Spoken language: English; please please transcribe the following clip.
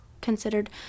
considered